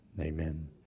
Amen